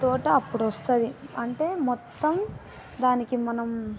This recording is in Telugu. ఆ తోట అప్పుడు వస్తుంది అంటే మొత్తం దానికి మనం